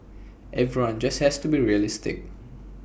everyone just has to be realistic